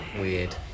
Weird